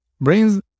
brains